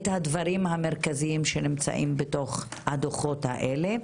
את הדברים המרכזיים שנמצאים בדוחות האלה.